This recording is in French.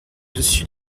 dessus